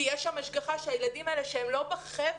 תהיה שם השגחה שהילדים האלה שהם לא בחבר'ה